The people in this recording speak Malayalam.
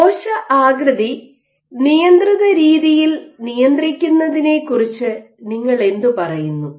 കോശആകൃതി നിയന്ത്രിത രീതിയിൽ നിയന്ത്രിക്കുന്നതിനെക്കുറിച്ച് നിങ്ങൾ എന്തു പറയുന്നു